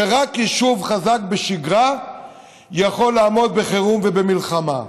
שרק יישוב חזק בשגרה יכול לעמוד בחירום ובמלחמה.